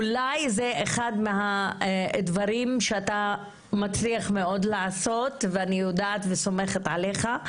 אולי זה אחד מהדברים שאתה מצליח מאוד לעשות ואני יודעת וסומך עליך,